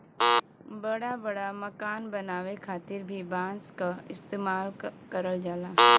बड़ा बड़ा मकान बनावे खातिर भी बांस क इस्तेमाल करल जाला